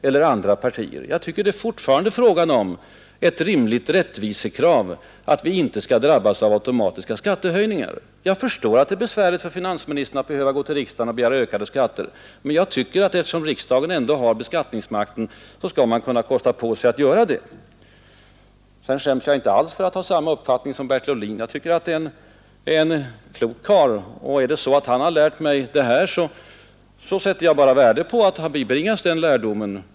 Jag tycker att det fortfarande är ett rimligt rättvisekrav att vi inte skall drabbas av automatiska skattehöjningar. Jag förstår att det är besvärligt för finansministern att behöva gå till riksdagen och begära skattehöjningar, men eftersom riksdagen ju ändå har beskattningsmakten tycker jag att han skall kosta på sig att göra det. Sedan skäms jag inte alls för att ha samma uppfattning som Bertil Ohlin. Jag tycker att han är en klok karl. Och om det är så att herr Ohlin har lärt mig detta, så sätter jag värde på att ha bibringats den lärdomen.